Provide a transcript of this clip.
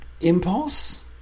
impulse